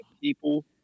people